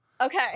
Okay